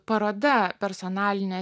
paroda personalinė